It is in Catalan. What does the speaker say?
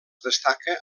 destaca